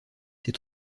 ses